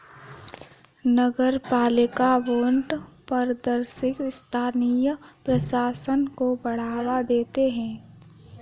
नगरपालिका बॉन्ड पारदर्शी स्थानीय प्रशासन को बढ़ावा देते हैं